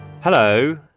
Hello